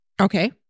Okay